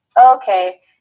okay